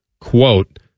quote